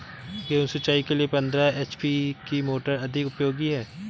गेहूँ सिंचाई के लिए पंद्रह एच.पी की मोटर अधिक उपयोगी है?